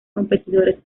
competidores